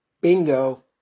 Bingo